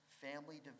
family